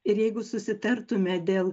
ir jeigu susitartume dėl